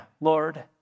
Lord